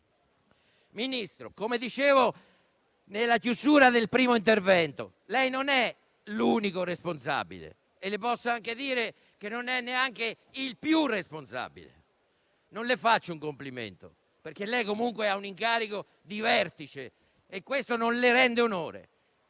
Ministro, come dicevo in chiusura del precedente intervento, lei non è l'unico responsabile e le posso anche dire che non è neanche il più responsabile. Non le faccio un complimento, perché lei, comunque, ha un incarico di vertice e questo non le rende onore.